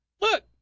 look